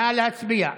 נא להצביע.